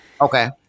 Okay